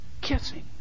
kissing